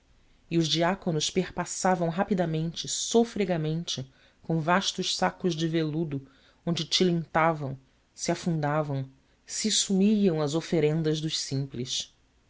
e os diáconos perpassavam rapidamente sofregamente com vastos sacos de veludo onde tilintavam se afundavam se sumiam as oferendas dos simples